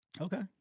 Okay